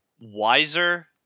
wiser